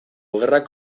gerrak